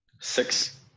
Six